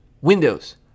Windows